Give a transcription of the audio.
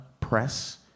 Press